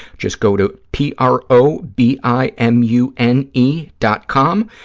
just go to p r o b i m u n e dot com,